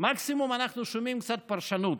מקסימום אנחנו שומעים קצת פרשנות,